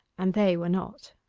and they were not.